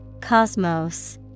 Cosmos